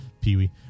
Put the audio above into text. Pee-wee